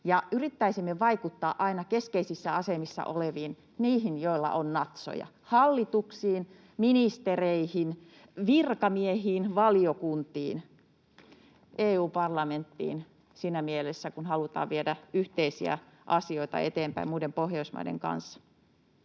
yrittäisimme vaikuttaa aina keskeisissä asemissa oleviin, niihin, joilla on natsoja — hallituksiin, ministereihin, virkamiehiin, valiokuntiin, EU-parlamenttiin — siinä mielessä, kun halutaan viedä yhteisiä asioita eteenpäin muiden Pohjoismaiden kanssa.